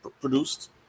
produced